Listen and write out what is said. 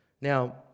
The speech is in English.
Now